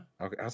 Okay